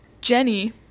Jenny